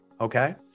okay